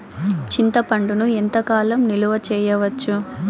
చింతపండును ఎంత కాలం నిలువ చేయవచ్చు?